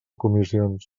comissions